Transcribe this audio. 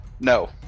no